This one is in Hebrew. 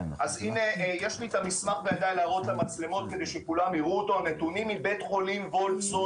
אז הנה יש לי כאן את הנתונים מבית חולים וולפסון